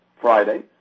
Friday